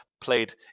played